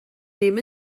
ddim